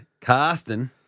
Carsten